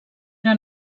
era